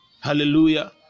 Hallelujah